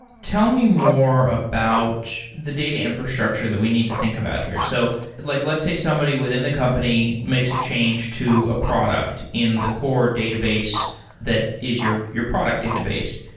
tell me more about the data infrastructure that we need to think about here. so like let's say somebody within the company makes a change to a product in the core database that is your your product database.